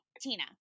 Tina